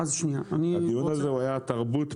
שנייה --- הדיון הזה הוא תרבות,